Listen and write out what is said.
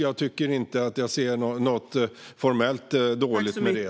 Jag ser inte något formellt dåligt med det.